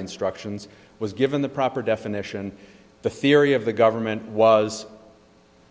instructions was given the proper definition the theory of the government was